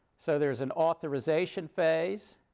so there is an authorization phase.